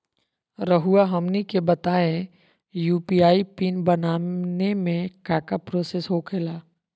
रहुआ हमनी के बताएं यू.पी.आई पिन बनाने में काका प्रोसेस हो खेला?